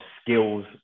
skills